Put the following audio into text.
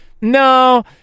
No